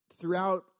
throughout